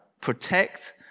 protect